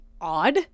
odd